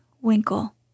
Winkle